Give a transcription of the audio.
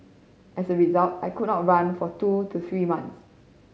as a result I could not run for two to three months